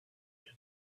him